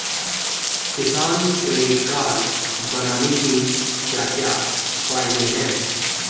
किसान credit card बनाने के क्या क्या फायदे हैं?